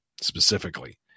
specifically